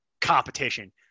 competition